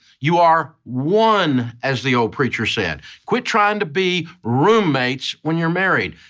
you are one, as the old preacher said. quit trying to be roommates when you're married.